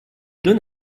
donne